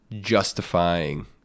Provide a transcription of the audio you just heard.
justifying